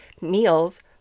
meals